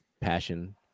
passion